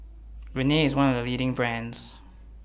Rene IS one of The leading brands